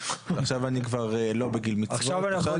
עכשיו אני כבר לא בגיל מצוות.